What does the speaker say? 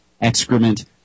excrement